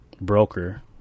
broker